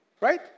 Right